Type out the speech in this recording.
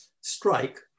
strike